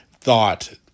thought